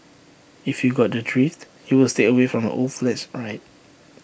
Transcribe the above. if you got the drift you will stay away from old flats right